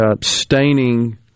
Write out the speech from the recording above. staining